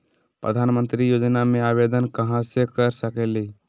प्रधानमंत्री योजना में आवेदन कहा से कर सकेली?